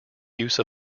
use